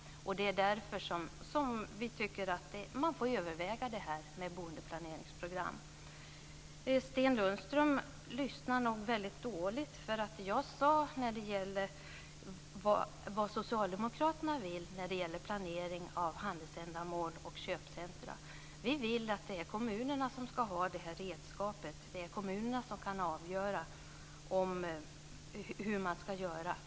Det är därför som vi tycker att man får överväga genomförande av boendeplaneringsprogram. Sten Lundström lyssnar nog väldigt dåligt. Jag sade att vad socialdemokraterna vill när det gäller planering av handelsändamål och olika köpcentrum är att det är kommunerna som ska ha det redskapet. Kommunerna kan avgöra hur man ska göra.